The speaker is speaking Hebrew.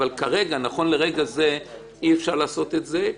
אבל נכון לרגע זה אי אפשר לעשות את זה.